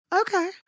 okay